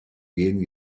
jenen